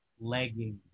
leggings